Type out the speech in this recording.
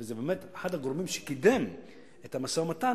וזה באמת אחד הגורמים שקידמו את המשא-ומתן,